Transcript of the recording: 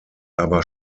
aber